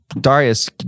Darius